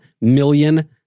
million